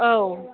औ